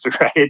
right